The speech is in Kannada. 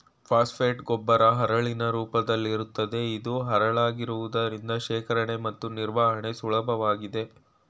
ಫಾಸ್ಫೇಟ್ ಗೊಬ್ಬರ ಹರಳಿನ ರೂಪದಲ್ಲಿರುತ್ತದೆ ಇದು ಹರಳಾಗಿರುವುದರಿಂದ ಶೇಖರಣೆ ಮತ್ತು ನಿರ್ವಹಣೆ ಸುಲಭವಾಗಿದೆ